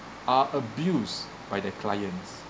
are abused by their clients